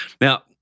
Now